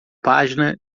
página